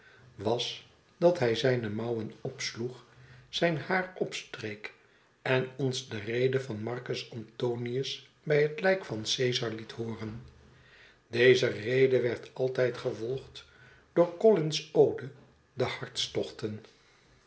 was dat hij zijne mouwen opsloeg zijn haar opstreek en ons de rede van marcus antonius bij het lijk van caesar liet hooren deze rede werd altijd gevolgd door collin's ode de hartstochten